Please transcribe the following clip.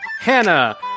Hannah